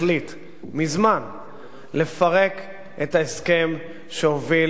החליט מזמן לפרק את ההסכם שהוביל